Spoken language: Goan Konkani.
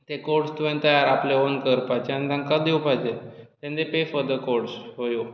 तो कोड्स तुवें तयार आपलो ओन करपाचे आनी तांकां दिवपाचे then they pay for the codes for you